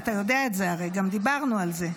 אתה יודע את זה, הרי, גם דיברנו על זה.